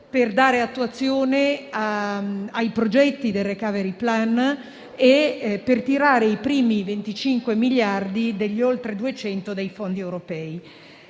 per dare attuazione ai progetti del *recovery plan* e per tirare i primi 25 miliardi degli oltre 200 dei fondi europei.